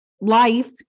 Life